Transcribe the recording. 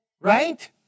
Right